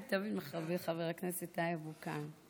חבר הכנסת טייב תמיד כאן.